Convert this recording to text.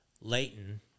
Leighton